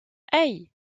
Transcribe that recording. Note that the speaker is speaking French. hey